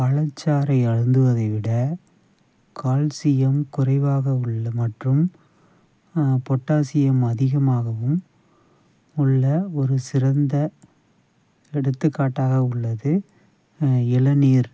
பழச்சாறை அருந்துவதை விட கால்சியம் குறைவாக உள்ள மற்றும் பொட்டாசியம் அதிகமாகவும் உள்ள ஒரு சிறந்த எடுத்துக்காட்டாக உள்ளது இளநீர்